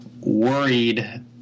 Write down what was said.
worried